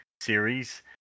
series